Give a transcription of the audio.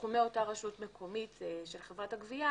בתחומי אותה רשות מקומית של חברת הגבייה